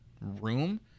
room